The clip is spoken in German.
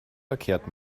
verkehrt